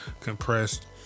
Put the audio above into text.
compressed